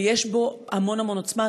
ויש בו המון המון עוצמה,